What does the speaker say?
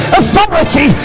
authority